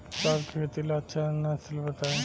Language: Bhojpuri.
चावल के खेती ला अच्छा नस्ल बताई?